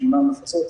בשמונה מחוזות,